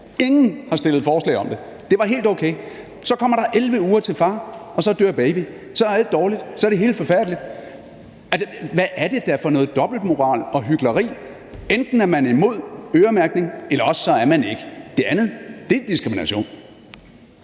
Ingen har fremsat forslag om det. Det var helt okay. Så kommer der 11 uger til far, og så dør baby. Så er alt dårligt, så er det hele forfærdeligt. Altså, hvad er det da for noget dobbeltmoral og hykleri? Enten er man imod øremærkning, eller også er man ikke. Det andet er diskrimination.